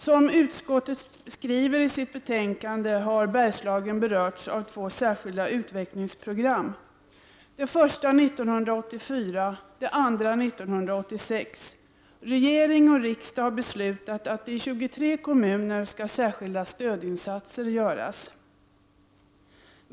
Som utskottet skriver i sitt betänkande har Bergslagen berörts av två särskilda utvecklingsprogram — det första 1984 och det andra 1986. Regering och riksdag har beslutat att särskilda stödinsatser skall göras i 23 kommuner.